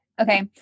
Okay